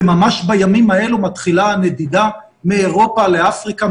וממש בימים האלו מתחילה הנדידה מאירופה לאפריקה,